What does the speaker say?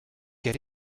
get